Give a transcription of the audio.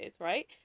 right